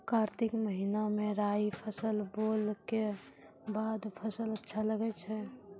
कार्तिक महीना मे राई फसल बोलऽ के बाद फसल अच्छा लगे छै